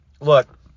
look